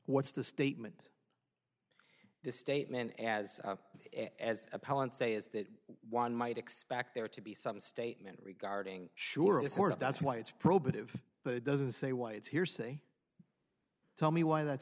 what's the statement this statement as as appellant say is that one might expect there to be some statement regarding sure this sort of that's why it's probative but it doesn't say why it's hearsay tell me why that's